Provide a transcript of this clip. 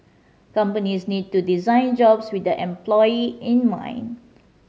companies need to design jobs with the employee in mind